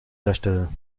darstelle